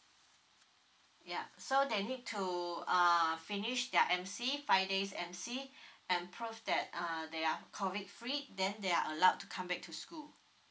ya so they need to uh finish their M_C five days M_C and prove that uh they are COVID free then they are allowed to come back to school